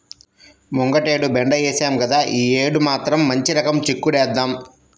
ముంగటేడు బెండ ఏశాం గదా, యీ యేడు మాత్రం మంచి రకం చిక్కుడేద్దాం